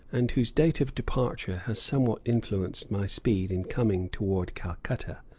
and whose date of departure has somewhat influenced my speed in coming toward calcutta.